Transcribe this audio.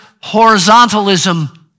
horizontalism